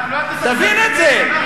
תבין את זה.